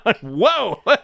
Whoa